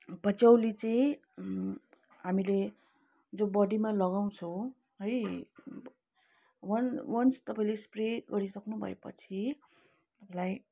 patchouli चाहिँ हामीले जो बडीमा लगाउँछौँ है वा वान्स तपाईँले स्प्रे गरिसक्नु भएपछि लाइक